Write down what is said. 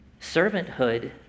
Servanthood